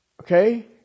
Okay